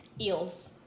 eels